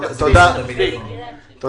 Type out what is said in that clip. אני